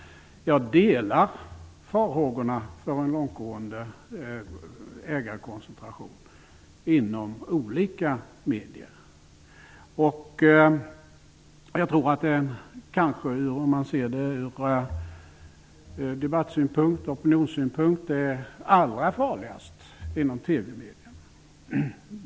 Jag delar farhågorna för en långtgående ägarkoncentration inom olika medier. Ur debattoch opinionssynpunkt tror jag att det är allra farligast inom TV-medierna.